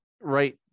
right